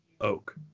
oak